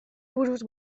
buruz